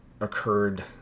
occurred